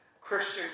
Christian